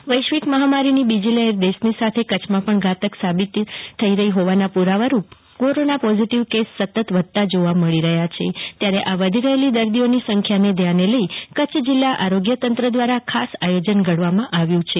hospital વૈશ્વિક મહામારીની બીજી લહેર દેશની સાથે કચ્છમાં પણ ઘટક સાબિત થઇ રહી હોવાના પુરાવા રૂપ કોરોના પોઝીટીવ કેસોમાં સતત વધારો જોવા મળી રહ્યો છે ત્યારે વધી રહેલી દર્દીઓની સંખ્યાને ધ્યાને લઈને કચ્છ જીલ્લા આરોગ્ય તંત્ર દ્વારા ખાસ આયોજન કરવામાં આવ્યું છે